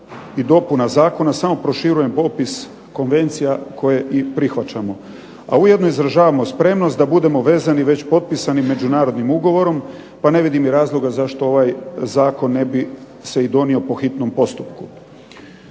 i dopuna zakona samo proširujem popis konvencija koje i prihvaćamo, a ujedno izražavamo spremnost da budemo vezani već potpisanim međunarodnim ugovorom, pa ne vidim i razloga zašto ovaj zakon ne bi se i donio po hitnom postupku.